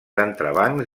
entrebancs